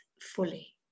fully